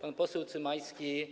Pan poseł Cymański